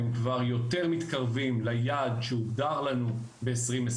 אנחנו כבר יותר מתקרבים ליעד שהוגדר לנו ב-2020,